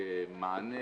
כמענה,